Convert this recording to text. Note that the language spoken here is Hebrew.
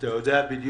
אתה יודע בדיוק.